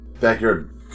backyard